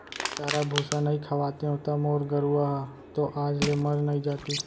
चारा भूसा नइ खवातेंव त मोर गरूवा ह तो आज ले मर नइ जातिस